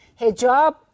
Hijab